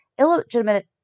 illegitimate